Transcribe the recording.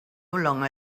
longer